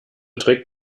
trägt